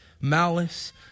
malice